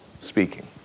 speaking